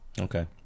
Okay